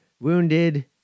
wounded